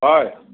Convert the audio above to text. হয়